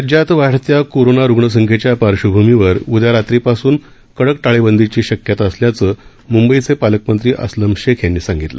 राज्यात वाढत्या कोरोना रुग्ण संख्येच्या पार्श्वभूमीवर राज्यात उदया रात्रीपासून कडक टाळेबंदीची शक्यता असल्याचं मुंबईचे पालकमंत्री अस्लम शेख यांनी सांगितलं